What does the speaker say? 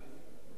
סעיפים 1